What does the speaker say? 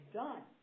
done